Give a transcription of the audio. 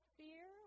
fear